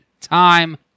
time